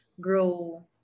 grow